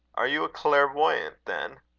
are you a clairvoyant, then?